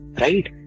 Right